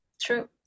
True